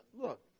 look